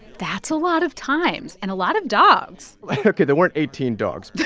that's a lot of times and a lot of dogs like ok, there weren't eighteen dogs but